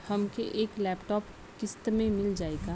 हमके एक लैपटॉप किस्त मे मिल जाई का?